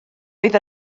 oedd